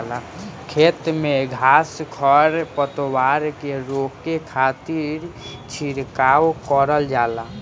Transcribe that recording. खेत में घास खर पतवार के रोके खातिर छिड़काव करल जाला